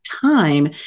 time